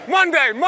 Monday